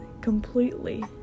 completely